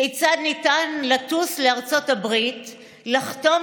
כיצד ניתן לטוס לארצות הברית לחתום